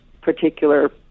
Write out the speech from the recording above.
particular